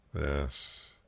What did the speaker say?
Yes